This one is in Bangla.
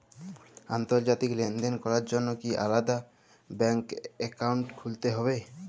আন্তর্জাতিক লেনদেন করার জন্য কি আলাদা ব্যাংক অ্যাকাউন্ট খুলতে হবে?